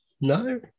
no